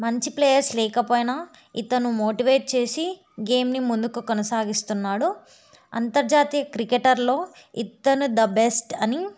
మంచి ప్లేయర్స్ లేకపోయినా ఇతను మోటివేట్ చేసి గేమ్ని ముందుకు కొనసాగిస్తున్నాడు అంతర్జాతీయ క్రికెటర్లో ఇతను ద బెస్ట్ అని